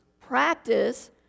Practice